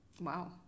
wow